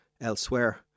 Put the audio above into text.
elsewhere